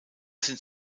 sind